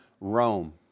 Rome